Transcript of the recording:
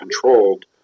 controlled